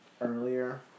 earlier